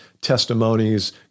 testimonies